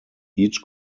each